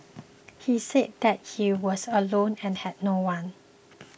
he said that he was alone and had no one